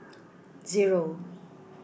zero